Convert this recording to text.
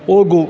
ಹೋಗು